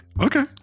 Okay